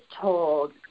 told